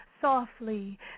softly